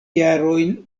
jarojn